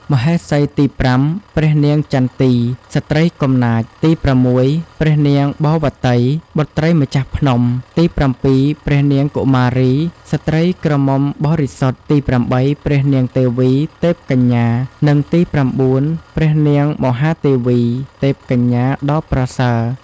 មហេសីទី៥ ព្រះនាងចន្ទី (ស្ត្រីកំណាច) ទី៦ ព្រះនាងបវ៌តី (បុត្រីម្ចាស់ភ្នំ) ទី៧ ព្រះនាងកុមារី (ស្ត្រីក្រមុំបរិសុទ្ធ) ទី៨ ព្រះនាងទេវី (ទេពកញ្ញា) និងទី៩ ព្រះនាងមហាទេវី (ទេពកញ្ញាដ៏ប្រសើរ)។